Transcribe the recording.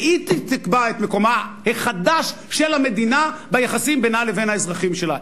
והיא תקבע את מקומה החדש של המדינה ביחסים בינה לבין האזרחים שלה.